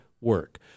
work